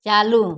चालू